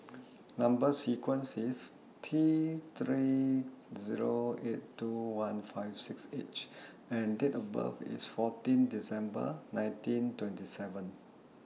Number sequence IS T three Zero eight two one five six H and Date of birth IS fourteen December nineteen twenty seven